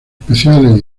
especiales